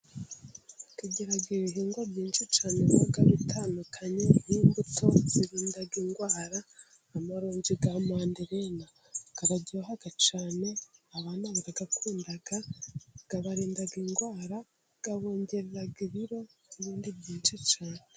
Tugira ibihingwa byinshi cyane biba bitandukanye, nk'imbuto zirinda indwara, amaronji ya manderena araryoha cyane, abantu barayakunda, arinda indwara, abongerera ibiro, n'ibindi byinshi cyane.